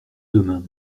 demain